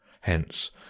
Hence